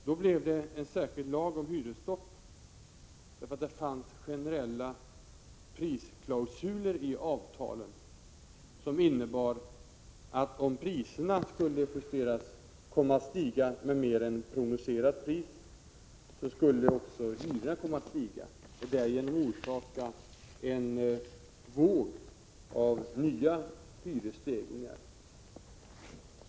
Då fattade man beslut om en särskild lag om hyresstopp, eftersom det fanns generella prisklausuler i avtalen som innebar, att om priserna skulle komma att stiga med mer än prognostiserat pris, skulle också hyrorna komma att stiga och därigenom orsaka en våg av nya hyresstegringar.